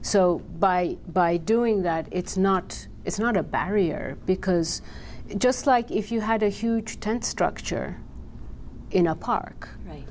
so by by doing that it's not it's not a barrier because just like if you had a huge tent structure in a park right